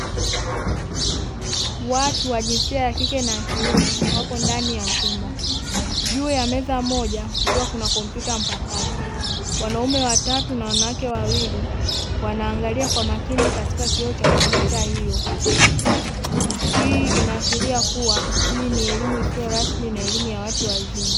Watu wa jinsia ya kike na ya kiume wapo ndani ya chumba. Juu ya meza moja kukiwa kuna kompyuta mpakato; wanaume watatu na wanawake wawili wanaangalia kwa makini katika kioo cha kompyuta hiyo. Hii inaashiria kuwa hii ni elimu isiyo rasmi na elimu ya watu wazima.